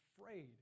afraid